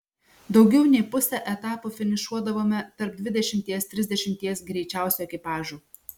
daugiau nei pusę etapų finišuodavome tarp dvidešimties trisdešimties greičiausių ekipažų